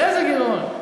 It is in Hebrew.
איזה גירעון?